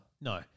No